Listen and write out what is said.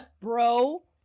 Bro